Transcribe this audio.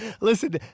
Listen